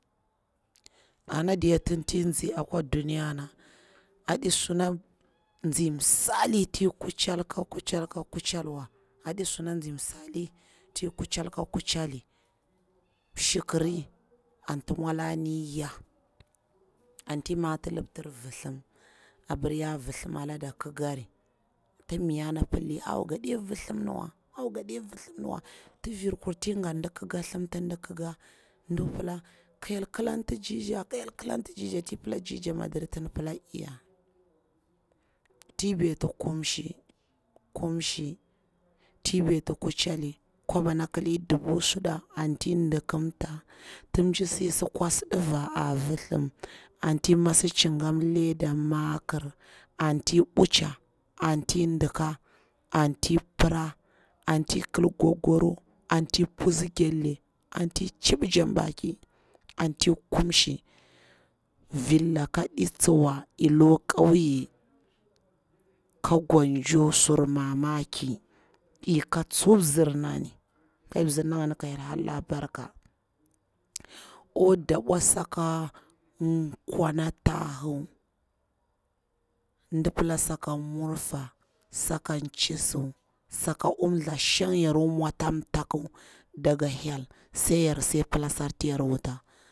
Ana diya tanti ezi akwa duniya na ɗi suna tsi msaliti kuchehi ka kuncheli wa, adi suna nzi msali ti kucheli mshikiri anti mwalani yaa anti mati kptir vithimapir ya vithim alada ki kari tin miya na pdi awo gaɗe vithim niwa tivir kur tin i gati di kika thim tig di ki ka jdakwa pilaka hyel kilanti dija, ka hyel ki lanti dijalti pila dija madari, tin di pila iya ti baiti kumshi, kumshi, tiy badi kucheli, kwaba na kili dubu suɗa anti dilamta anti ti mji sisi kwasi ɗiva a vithim anti mas digum leade makir anti butcha anti ndika anti pea, anti kil gogoro anti pus gelle anti chibi janbaki anti kumsi. Vir laka di tsuwa i lukwa kauye ka gonjo sur mamaki iy ka tsu mzir nani kamzirna ngini ka hyel vitsa le barka, a kwa ɗabwa saka kwa na tahu, ndi pila saka murfa, sake chisu saka umtha shang yara kwa mwa ata taku doga hyel sai yaru sai plasalasarti yarota.